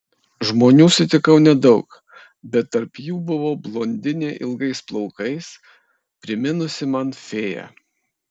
žmonių sutikau nedaug bet tarp jų buvo blondinė ilgais plaukais priminusi man fėją